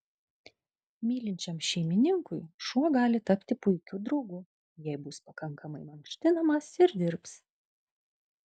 mylinčiam šeimininkui šuo gali tapti puikiu draugu jei bus pakankamai mankštinamas ir dirbs